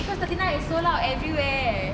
because thirty nine is sold out everywhere